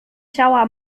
ciała